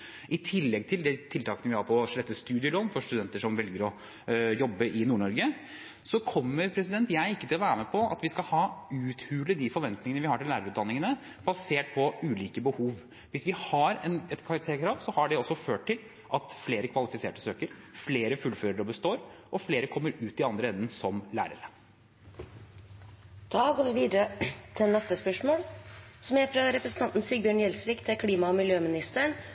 i tillegg til de tiltakene vi har for å slette studielån for studenter som velger å jobbe i Nord-Norge – kommer ikke jeg til å være med på at vi skal uthule de forventningene vi har til lærerutdanningene, basert på ulike behov. Det at vi har et karakterkrav, har ført til at flere kvalifiserte søker, flere fullfører og består, og flere kommer ut i andre enden som lærere. Dette spørsmålet, fra representanten Sigbjørn Gjelsvik til klima- og miljøministeren, er